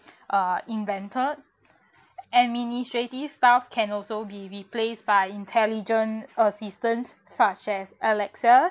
uh invented administrative staff can also be replaced by intelligent assistance such as alexa